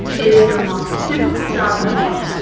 it is the most difficult job in the world.